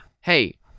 hey